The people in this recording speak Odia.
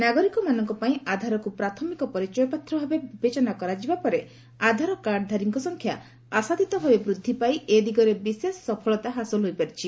ନାଗରିକମାନଙ୍କ ପାଇଁ ଆଧାରକୁ ପ୍ରାଥମିକ ପରିଚୟପତ୍ର ଭାବେ ବିବେଚନା କରାଯିବା ପରେ ଆଧାରକାର୍ଡଧାରୀଙ୍କ ସଂଖ୍ୟା ଆଶାତିତ ଭାବେ ବୃଦ୍ଧିପାଇ ଏ ଦିଗରେ ବିଶେଷ ସଫଳତା ହାସଲ ହୋଇପାରିଛି